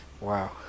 Wow